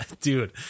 dude